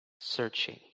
searching